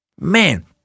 Man